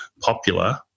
popular